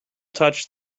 touched